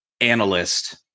analyst